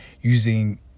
using